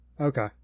Okay